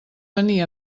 venir